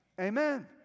Amen